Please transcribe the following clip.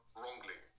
wrongly